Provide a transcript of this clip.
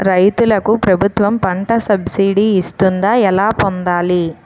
రైతులకు ప్రభుత్వం పంట సబ్సిడీ ఇస్తుందా? ఎలా పొందాలి?